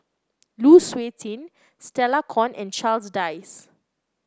Lu Suitin Stella Kon and Charles Dyce